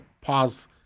pause